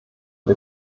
der